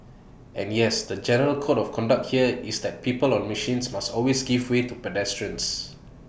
and yes the general code of conduct here is that people on machines must always give way to pedestrians